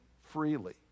freely